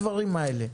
שני הדברים האלה,